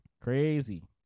crazy